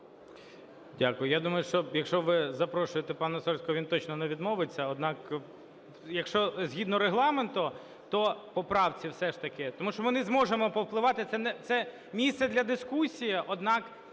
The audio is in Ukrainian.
Дякую. Я думаю, що якщо ви запрошуєте пана Сольського, він точно не відмовиться. Однак, якщо згідно Регламенту, то по правці все ж таки. Тому що ми не зможемо повпливати, це місце для дискусії,